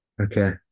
Okay